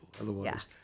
Otherwise